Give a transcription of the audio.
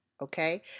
okay